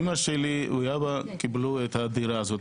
אמא שלי ואבא קיבלו את הדירה הזאת.